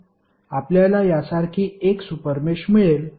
आपल्याला यासारखी एक सुपर मेष मिळेल